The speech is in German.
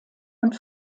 und